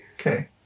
Okay